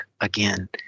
again